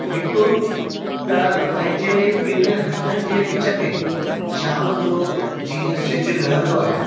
हिकु त पंहिंजे ॿिनि हथनि जे विच में शाम जो जीअं सिजु लहंदो आहे